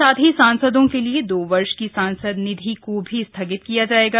साथ ही सांसदों के दो वर्ष के सांसद निधि को भी स्थगित किया जाएगा